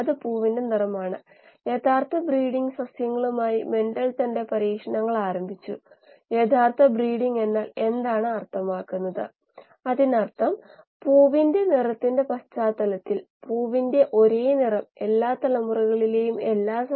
അതിനാൽ ധാരാളം വേഗത ഗ്രേഡിയന്റുകളുള്ള ഒരു ബയോറിയാക്ടർ പരിതസ്ഥിതി ദ്രാവക പരിസ്ഥിതി എന്നിവയുടെ സഹായത്തോടെ ഷിയർ സ്ട്രെസ് ഉണ്ടാക്കുന്നു